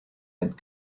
had